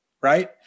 Right